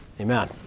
amen